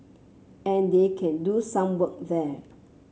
and they can do some work there